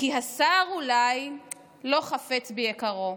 כי השר אולי לא חפץ ביקרו.